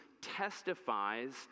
testifies